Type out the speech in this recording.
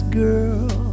girl